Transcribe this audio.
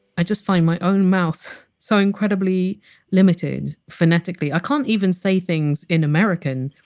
i just find my own mouth so incredibly limited phonetically. i can't even say things in american,